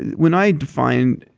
when i defined